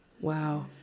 Wow